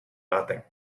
nothing